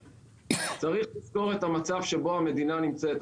צריך לפתור את המצב שבו המדינה נמצאת.